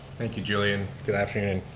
thank you julien. good afternoon,